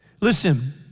listen